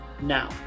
now